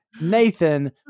nathan